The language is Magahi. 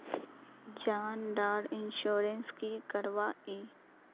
जान डार इंश्योरेंस की करवा ई?